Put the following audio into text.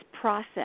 process